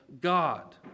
God